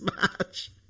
match